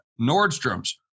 Nordstrom's